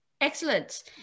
Excellent